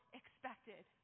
expected